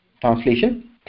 Translation